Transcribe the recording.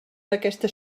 aquestes